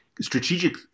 strategic